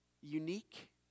unique